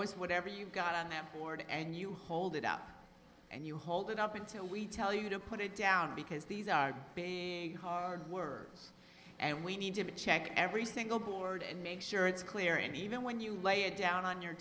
g whatever you got on that board and you hold it up and you hold it up until we tell you to put it down because these are hard words and we need to check every single board and make sure it's clear and even when you lay it down on your